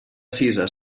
cisa